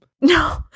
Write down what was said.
No